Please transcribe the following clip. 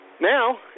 Now